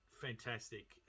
fantastic